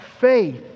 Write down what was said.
faith